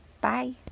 Bye